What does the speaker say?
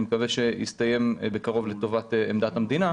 מקווה שיסתיים בקרוב לטובת עמדת המדינה.